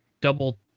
double